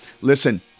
listen